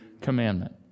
commandment